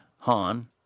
Han